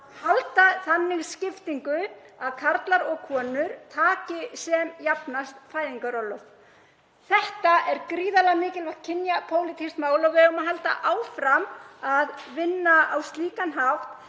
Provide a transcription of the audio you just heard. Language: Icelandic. halda þannig skiptingu að karlar og konur taki sem jafnast fæðingarorlof. Þetta er gríðarlega mikilvægt kynjapólitískt mál og við eigum að halda áfram að vinna á slíkan hátt.